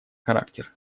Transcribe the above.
характер